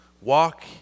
Walk